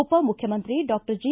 ಉಪ ಮುಖ್ಯಮಂತ್ರಿ doctor G